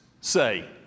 say